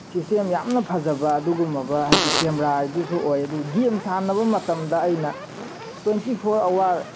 system ꯌꯥꯝꯅ ꯐꯖꯕ ꯑꯗꯨꯒꯨꯝꯂꯕ ꯀꯦꯃꯦꯔꯥ ꯍꯥꯏꯗꯨꯁꯨ ꯑꯣꯏ ꯑꯗꯨꯒ ꯒꯦꯝ ꯁꯥꯟꯅꯕ ꯃꯇꯝꯗ ꯑꯩꯅ ꯇ꯭ꯋꯦꯟꯇꯤ ꯐꯣꯔ ꯑꯋꯥꯔ